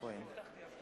בבקשה, סגן השר יצחק כהן.